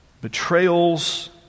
Betrayals